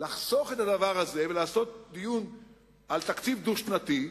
לחסוך את הדבר הזה ולעשות דיון על תקציב דו-שנתי,